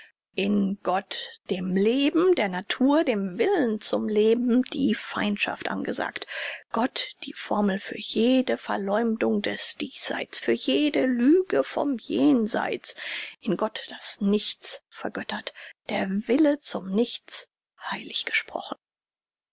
in gott dem leben der natur dem willen zum leben die feindschaft angesagt gott die formel für jede verleumdung des diesseits für jede lüge vom jenseits in gott das nichts vergöttlicht der wille zum nichts heilig gesprochen